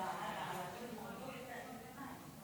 ואין נמנעים.